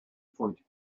point